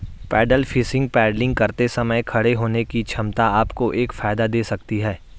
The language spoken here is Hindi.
पैडल फिशिंग पैडलिंग करते समय खड़े होने की क्षमता आपको एक फायदा दे सकती है